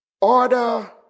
order